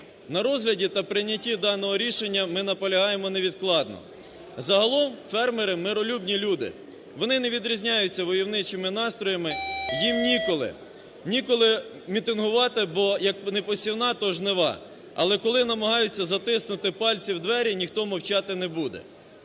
На розгляді та прийнятті даного рішення ми наполягаємо невідкладно. Загалом фермери миролюбні люди, вони не відрізняються войовничими настроями, їм ніколи - ніколи мітингувати, бо як не посівна, то жнива. Але коли намагаються "затиснути пальці в двері", ніхто мовчати не буде.